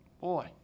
Boy